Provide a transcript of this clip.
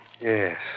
Yes